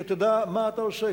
שתדע מה אתה עושה.